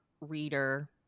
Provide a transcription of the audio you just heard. reader